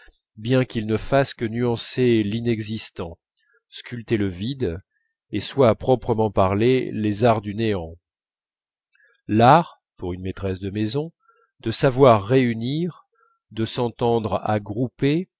bien qu'ils ne fassent que nuancer l'inexistant sculpter le vide et soient à proprement parler les arts du néant l'art pour une maîtresse de maison de savoir réunir de s'entendre à grouper